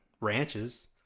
ranches